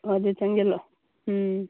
ꯍꯣꯏ ꯑꯗꯨ ꯆꯪꯁꯤꯜꯂꯛꯑꯣ ꯎꯝ